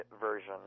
version